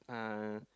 uh